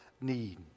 need